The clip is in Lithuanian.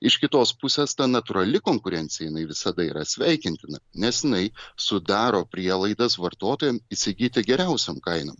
iš kitos pusės ta natūrali konkurencija jinai visada yra sveikintina nes jinai sudaro prielaidas vartotojam įsigyti geriausiom kainom